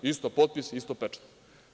Isto potpis, isto pečat.